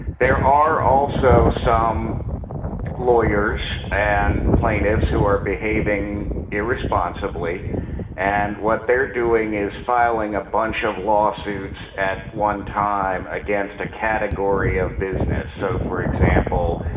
there are also some lawyers and plaintiffs who are behaving irresponsibly and what they're doing is filing a bunch of lawsuits at one time against a category of business. so, for example,